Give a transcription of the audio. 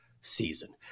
season